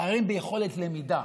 פערים ביכולת למידה